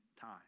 time